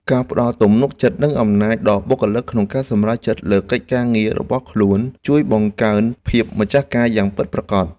ការផ្ដល់ទំនុកចិត្តនិងអំណាចដល់បុគ្គលិកក្នុងការសម្រេចចិត្តលើកិច្ចការងាររបស់ខ្លួនជួយបង្កើនភាពម្ចាស់ការយ៉ាងពិតប្រាកដ។